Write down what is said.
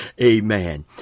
Amen